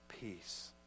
peace